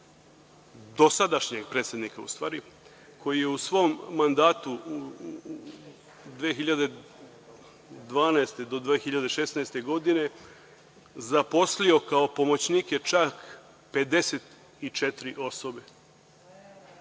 dosadašnjeg predsednika, koji je, zamislite, u svom mandatu od 2012. do 2016. godine zaposlio kao pomoćnike čak 54 osobe.